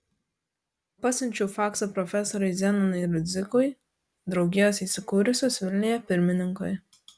pasiunčiau faksą profesoriui zenonui rudzikui draugijos įsikūrusios vilniuje pirmininkui